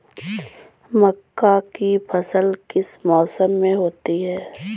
मक्का की फसल किस मौसम में होती है?